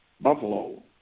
Buffalo